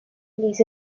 les